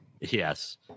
Yes